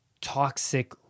toxic